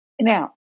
Now